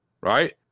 right